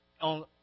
on